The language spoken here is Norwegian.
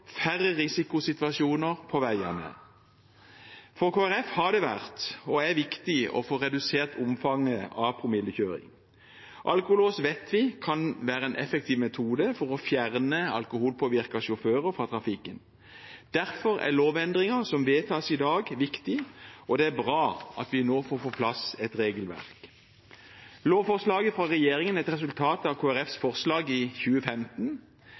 færre risikosituasjoner på veiene. For Kristelig Folkeparti har det vært og er viktig å få redusert omfanget av promillekjøring. Alkolås vet vi kan være en effektiv metode for å fjerne alkoholpåvirkede sjåfører fra trafikken. Derfor er lovendringen som vedtas i dag, viktig, og det er bra at vi nå får på plass et regelverk. Lovforslaget fra regjeringen er et resultat av Kristelig Folkepartis forslag fra 2015,